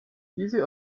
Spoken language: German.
diese